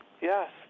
Yes